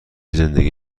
زندگی